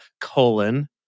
colon